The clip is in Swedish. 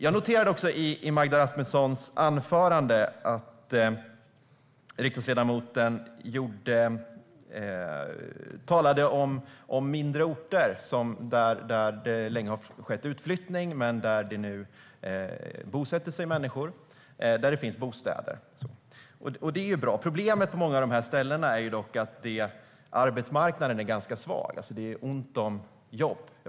Jag noterade i Magda Rasmussons anförande att riksdagsledamoten talade om mindre orter där det länge har skett en utflyttning men där det finns bostäder och människor nu bosätter sig. Det är ju bra, men problemet på många av de här ställena är att arbetsmarknaden är ganska svag. Det är ont om jobb.